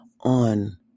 on